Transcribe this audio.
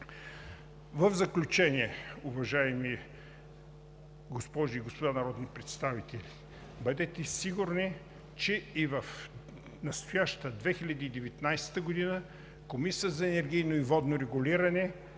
В заключение, уважаеми госпожи и господа народни представители, бъдете сигурни, че и в настоящата 2019 г. Комисията за енергийно и водно регулиране